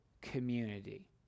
community